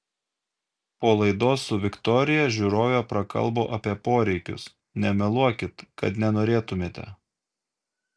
po laidos su viktorija žiūrovė prakalbo apie poreikius nemeluokit kad nenorėtumėte